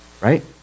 right